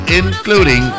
including